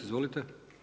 Izvolite.